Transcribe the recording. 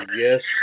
yes